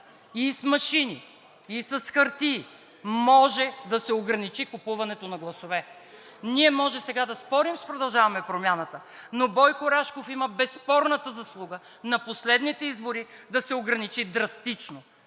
и с машини, и с хартия може да се ограничи купуването на гласове. Ние сега можем да спорим с „Продължаваме Промяната“, но Бойко Рашков има безспорната заслуга на последните избори да се ограничи драстично